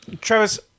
Travis